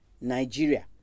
nigeria